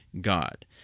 God